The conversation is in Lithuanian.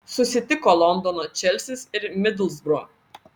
susitiko londono čelsis ir midlsbro